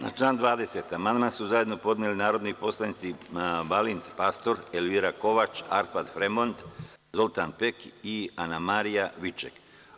Na član 20. amandman su zajedno podneli narodni poslanici Balin Pastor, Elvira Kovač, Arpad Fremond, Zoltan Pek i Anamarija Viček.